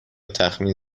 تخمین